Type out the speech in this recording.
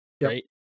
right